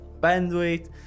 bandwidth